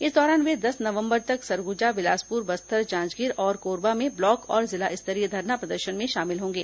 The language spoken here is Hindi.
इस दौरान वे दस नवंबर तक सरगुजा बिलासपुर बस्तर जांजगीर और कोरबा में ब्लॉक और जिला धरना प्रदर्शन में शामिल होंगे